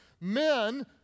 men